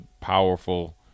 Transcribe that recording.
powerful